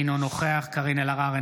אינו נוכח קארין אלהרר,